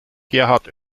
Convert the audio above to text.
gerhard